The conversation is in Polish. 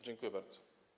Dziękuję bardzo.